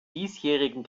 diesjährigen